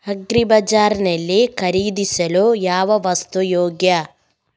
Agri ಬಜಾರ್ ನಲ್ಲಿ ಖರೀದಿಸಲು ಯಾವ ವಸ್ತು ಯೋಗ್ಯ?